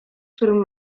którym